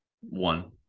One